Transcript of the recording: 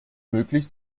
möglich